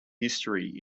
history